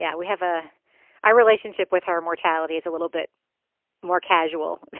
yeah we have a ah relationship with our mortality is a little bit more casual.